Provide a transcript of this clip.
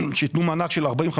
שייתנו מענק של 40,000,